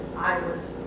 i was